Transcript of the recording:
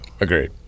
Agreed